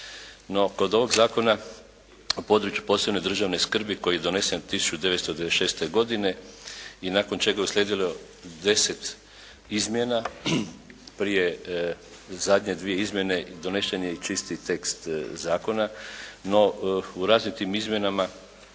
kod ovog Zakona o području posebne državne skrbi koji je donesen 1996. godine i nakon čega je uslijedilo 10 izmjena, prije zadnje dvije izmjene donesen je i čisti tekst zakona. No, u raznim tim izmjenama